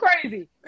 crazy